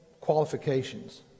qualifications